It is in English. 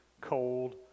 cold